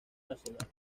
nacionales